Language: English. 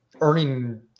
earning